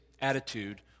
attitude